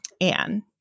Anne